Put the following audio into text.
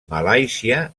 malàisia